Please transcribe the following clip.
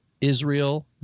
Israel